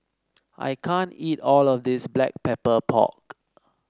I can't eat all of this Black Pepper Pork